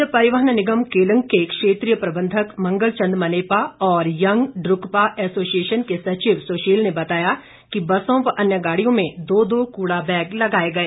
राज्य परिवहन निगम केलंग के क्षेत्रीय प्रबंधक मंगल चन्द मनेपा और यंग ड्रुकपा एसोसिएशन के सचिव सुशील ने बताया कि बसों व अन्य गाड़ियों में दो दो कूड़ा बैग लगाए गए